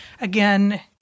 again